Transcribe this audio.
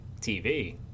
TV